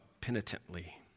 penitently